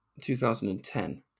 2010